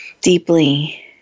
deeply